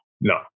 no